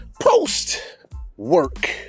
Post-work